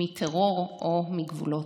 מטרור או מגבולות.